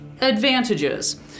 advantages